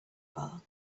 bar